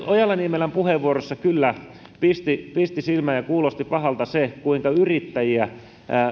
ojala niemelän puheenvuorossa kyllä pisti pisti silmään ja kuulosti pahalta se kuinka yrittäjistä